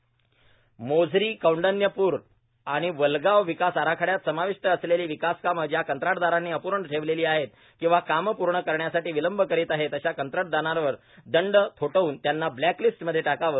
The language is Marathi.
अनिल बोंडे अमरावती मोझरीए कौंडण्यपूर व वलगाव विकास आराखड्यात समाविष्ट असलेली विकासकामं ज्या कंत्राटरांनी अपूर्ण ठेवलेली आहे किंवा काम पूर्ण करण्यासाठी विलंब करीत आहेर अशा कत्रांटदारांवर दंड थोटवून त्यांना ब्लॅक लिस्ट मध्ये टाकावे